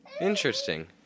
Interesting